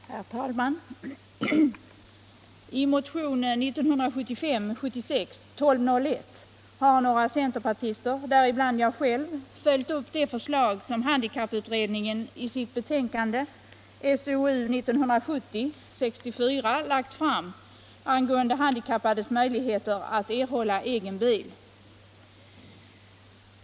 Herr talman! I motionen 1975/76:1201 har några centerpartister, däribland jag själv, följt upp det förslag som handikapputredningen i sitt betänkande, SOU 1970:64, lagt fram angående handikappades möjligheter att erhålla egen bil.